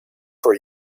for